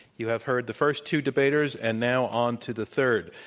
you have heard the first two debaters, and now on to the third.